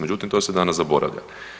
Međutim, to se danas zaboravlja.